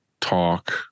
talk